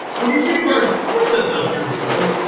when you're shooting birds phrase.